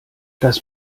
das